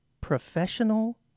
professional